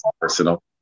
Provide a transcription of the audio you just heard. personal